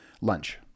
lunch